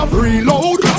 reload